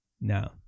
No